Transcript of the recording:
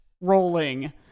rolling